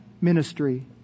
ministry